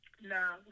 nah